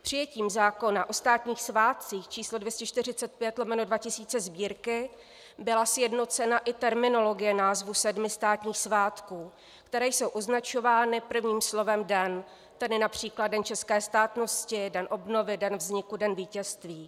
Přijetím zákona o státních svátcích číslo 245/2000 Sb. byla sjednocena i terminologie názvů sedmi státních svátků, které jsou označovány prvním slovem den, tedy například Den české státnosti, Den obnovy, Den vzniku, Den vítězství.